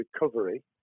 recovery